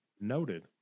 Noted